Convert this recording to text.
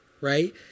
right